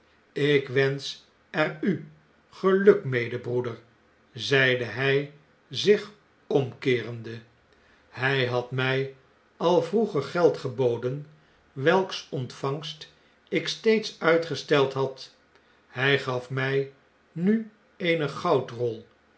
ik wensch er u geluk mede broeder zeide hj zich omkeerende hij had mh al vroeger geld geboden welks ontvangst ik steeds uitgesteld had hjjgafmij nu eene goudrol